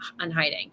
unhiding